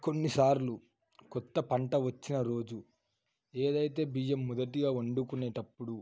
కొన్నిసార్లు కొత్త పంట వచ్చిన రోజు ఏదైతే బియ్యం మొదటిగా వండుకునేటప్పుడు